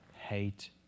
hate